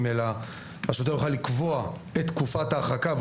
אלא השוטר יוכל לקבוע את תקופת ההרחקה.